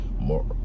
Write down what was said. more